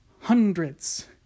hundreds